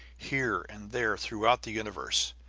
here and there throughout the universe.